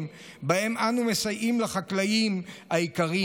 שבהם אנחנו מסייעים לחקלאים היקרים.